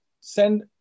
send